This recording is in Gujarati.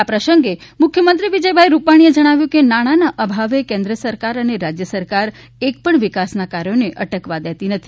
આ પ્રસંગે મુખ્યમંત્રીશ્રી વિજયભાઇ રૂપાણીએ જણાવ્યું કે નાણાના અભાવે કેન્દ્ર સરકાર અને રાજ્ય સરકાર એકપણ વિકાસના કાર્યોને અટકવા દેતી નથી